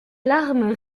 larmes